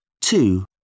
Two